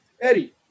Eddie